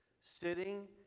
Sitting